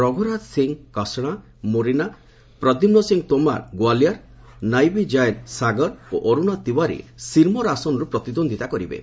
ରଘୁରାଜ ସିଂ କସଣା ମୋରିନା ପ୍ରଦ୍ୟୁମ୍ନ ସିଂ ତୋମର ଗୋଆଲିୟର୍ ନେବି କ୍ଜେନ ସାଗର ଏବଂ ଅରୁଣା ତିଓ୍ୱରୀ ଶିର୍ମୋର୍ ଆସନରୁ ପ୍ରତିଦ୍ୱନ୍ଦ୍ୱିତା କରିବେ